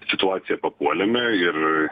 situaciją papuolėme ir